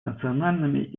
национальными